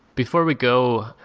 before we go,